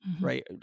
right